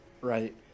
right